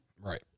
Right